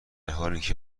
حالیکه